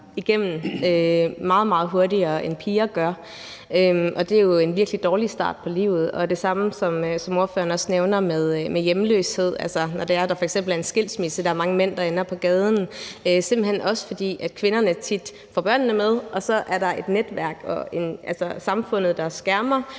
meget hurtigere, end piger gør. Det er jo en virkelig dårlig start på livet. Og det samme gælder det, som ordføreren også nævner, med hjemløshed. Når der f.eks. er en skilsmisse, er der mange mænd, der ender på gaden, simpelt hen også fordi kvinderne tit får børnene med, og så er der et netværk og samfundet, der skærmer,